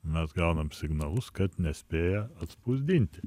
mes gaunam signalus kad nespėja atspausdinti